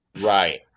Right